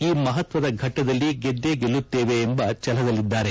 ಈ ಮಹತ್ವದ ಫಟ್ಟದಲ್ಲಿ ಗೆದ್ದೇ ಗೆಲ್ಲುತ್ತೇವೆ ಎಂಬ ಛಲದಲ್ಲಿದ್ದಾರೆ